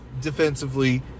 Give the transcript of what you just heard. defensively